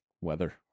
Weather